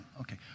Okay